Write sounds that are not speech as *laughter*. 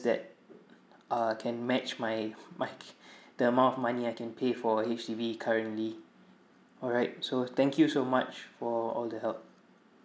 that uh can match my my *laughs* the amount of money I can pay for H_D_B currently alright so thank you so much for all the help